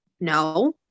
no